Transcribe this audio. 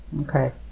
okay